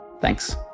Thanks